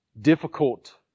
difficult